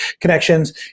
connections